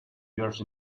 georg